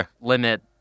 limit